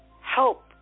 help